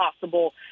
possible